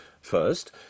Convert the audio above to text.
First